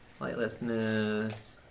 Lightlessness